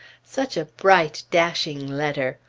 such a bright, dashing letter!